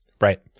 right